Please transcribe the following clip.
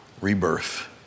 Rebirth